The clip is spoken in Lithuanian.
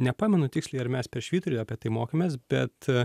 nepamenu tiksliai ar mes per švyturį apie tai mokėmės bet